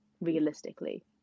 realistically